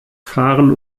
fahren